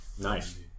Nice